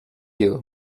you